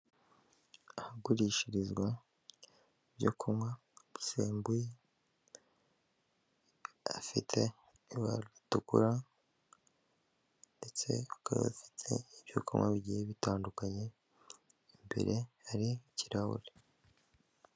Ahagurishirizwa ibyo kunywa bisembuye hafite ibara ritukura ndetse bakaba bafite ibyo kunywa bigiye bitandukanye imbere hari ikirahure.